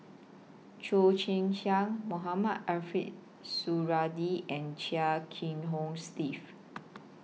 Cheo Chai Hiang Mohamed Ariff Suradi and Chia Kiah Hong Steve